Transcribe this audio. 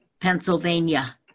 Pennsylvania